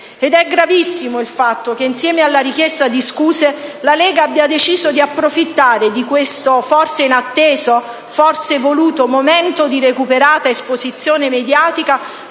È gravissimo il fatto che, insieme alla richiesta di scuse, la Lega abbia deciso di approfittare di questo forse inatteso, forse voluto, momento di recuperata esposizione mediatica